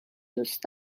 دوست